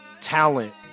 talent